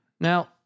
Now